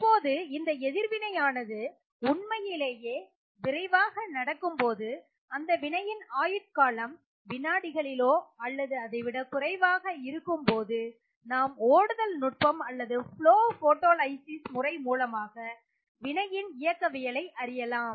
இப்போது இந்த எதிர்வினையானது உண்மையிலேயே விரைவாக நடக்கும்போது அந்த வினையின் ஆயுட்காலம் வினாடிகளிலோ அல்லது அதைவிட குறைவாக இருக்கும்போது நாம் ஓடுதல் நுட்பம் அல்லது Flow Photolysis முறை மூலமாக வினையின் இயக்கவியலை அறியலாம்